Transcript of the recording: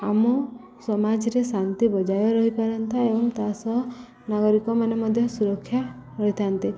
ଆମ ସମାଜରେ ଶାନ୍ତି ବଜାୟ ରହିପାରନ୍ତା ଏବଂ ତା ସହ ନାଗରିକମାନେ ମଧ୍ୟ ସୁରକ୍ଷା ରହିଥାନ୍ତି